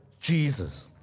Jesus